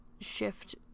shift